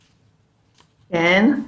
כן.